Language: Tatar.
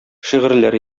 шигырьләр